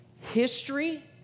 history